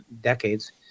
decades